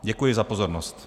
Děkuji za pozornost.